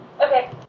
Okay